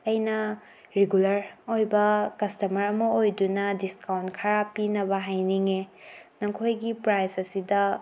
ꯑꯩꯅ ꯔꯤꯒꯨꯂꯔ ꯑꯣꯏꯕ ꯀꯁꯇꯃꯔ ꯑꯃ ꯑꯣꯏꯗꯨꯅ ꯗꯤꯁꯀꯥꯎꯟꯠ ꯈꯔ ꯄꯤꯅꯕ ꯍꯥꯏꯅꯤꯡꯉꯦ ꯅꯈꯣꯏꯒꯤ ꯄ꯭ꯔꯥꯏꯁ ꯑꯁꯤꯗ